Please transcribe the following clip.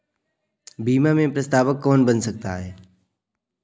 बीमा में प्रस्तावक कौन बन सकता है?